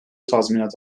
tazminat